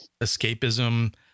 escapism